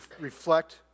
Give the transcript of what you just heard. reflect